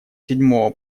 седьмого